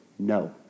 No